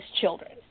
children